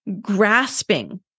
grasping